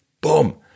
boom